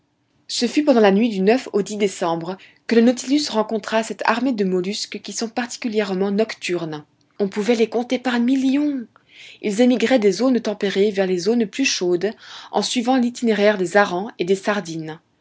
ce fut pendant la nuit du au décembre que le nautilus rencontra cette armée de mollusques qui sont particulièrement nocturnes on pouvait les compter par millions ils émigraient des zones tempérées vers les zones plus chaudes en suivant l'itinéraire des harengs et des sardines